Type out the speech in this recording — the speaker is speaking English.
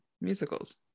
musicals